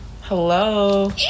hello